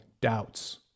doubts